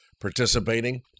participating